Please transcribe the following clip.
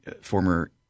former